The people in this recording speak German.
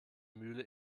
mühle